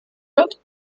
wird